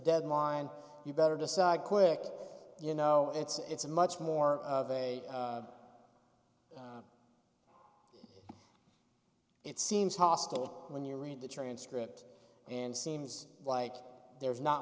deadline you better decide quick you know it's a much more of a it seems hostile when you read the transcript and seems like there's not